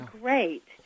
great